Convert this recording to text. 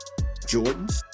Jordans